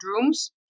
rooms